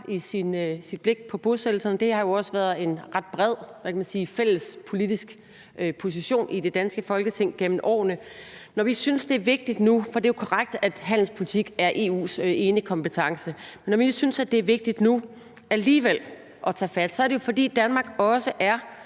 i sit blik på bosættelserne. Det har jo også været en ret bred fælles politisk position i det danske Folketing gennem årene. Det er korrekt, at handelspolitik er EU's enekompetence, men når vi synes, det er vigtigt alligevel at tage fat nu, er det jo, fordi Danmark også er